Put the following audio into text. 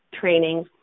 training